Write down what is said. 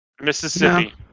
Mississippi